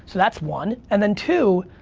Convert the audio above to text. so that's one, and then, two,